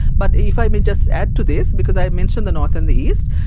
but if i may just add to this because i mentioned the north and the east,